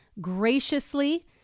graciously